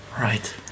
Right